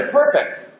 perfect